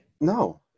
No